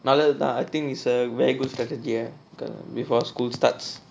நல்லது தான்:nallathu thaan I think is a very good strategy before school starts